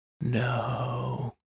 No